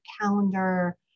calendar